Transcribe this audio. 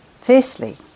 Firstly